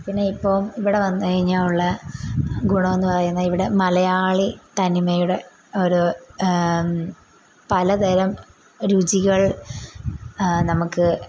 പിന്നെ ഇപ്പോൾ ഇവിടെ വന്ന് കഴിഞ്ഞാൽ ഉള്ള ഗുണംന്ന് പറയുന്നത് ഇവിടെ മലയാളി തനിമയുടെ ഓരോ പലതരം രുചികൾ നമുക്ക്